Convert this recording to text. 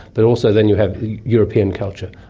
but also then you have european culture.